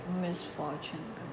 misfortune